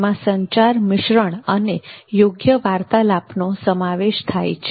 તેમાં સંચાર મિશ્રણ અને યોગ્ય વાર્તાલાપ નો સમાવેશ થાય છે